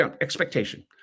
Expectation